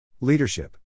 Leadership